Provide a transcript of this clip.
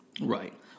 Right